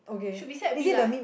should be set B lah